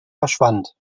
verschwand